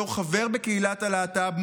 בתור חבר בקהילת הלהט"ב,